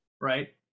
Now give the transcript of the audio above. right